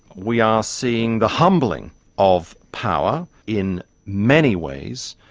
we are seeing the humbling of power in many ways.